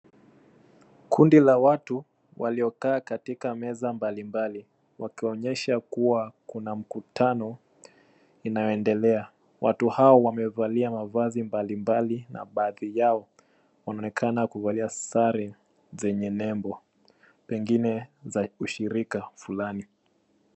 Kundi la watu waliokaa katika meza mbalimbali, wakionyesha kuwa kuna mkutano inayoendelea. Watu hawa wamevalia mavazi mbalimbali na baadhi yao wanaonekana kuvalia sare zenye nembo, pengine za ushirika fulani.